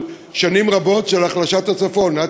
של שנים רבות של החלשת הצפון,